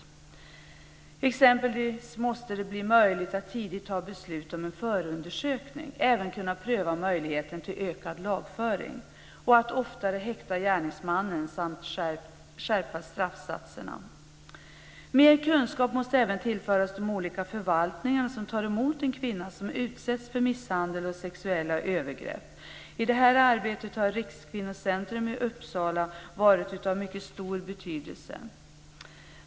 Det måste exempelvis bli möjligt att tidigt ta beslut om förundersökning, att pröva möjligheten till ökad lagföring och att oftare häkta gärningsmannen samt skärpa straffsatserna. Mer kunskap måste även tillföras de olika förvaltningar som tar emot en kvinna som utsätts för misshandel och sexuella övergrepp. I det här arbetet har Rikskvinnocentrum i Uppsala varit av mycket stor betydelse.